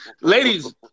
Ladies